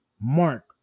Mark